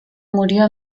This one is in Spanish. murió